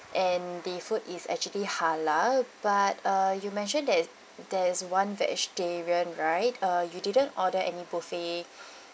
and the food is actually halal but err you mentioned that there's one vegetarian right err you didn't order any buffet